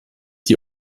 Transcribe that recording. die